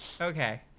Okay